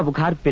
ah caught. but